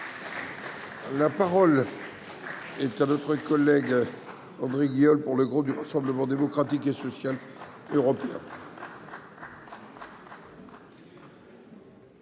La parole est à M. André Guiol, pour le groupe du Rassemblement Démocratique et Social Européen.